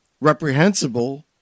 reprehensible